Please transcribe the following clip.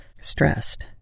stressed